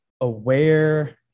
aware